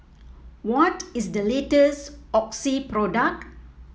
what is the latest Oxy product